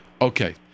Okay